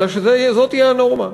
אלא שזאת תהיה הנורמה,